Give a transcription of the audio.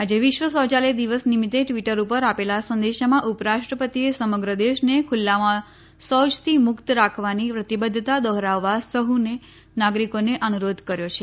આજે વિશ્વ શૌયાલય દિવસ નિમિત્તે ટ્વીટર ઉપર આપેલા સંદેશામાં ઉપરાષ્ટ્રપતિએ સમગ્ર દેશને ખુલ્લામાં શૌચથી મુક્ત રાખવાની પ્રતિબધ્ધતા દોહરાવવા સહ્ નાગરિકોને અનુરોધ કર્યો છે